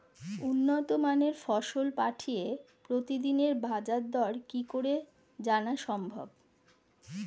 উন্নত মানের ফসল পাঠিয়ে প্রতিদিনের বাজার দর কি করে জানা সম্ভব?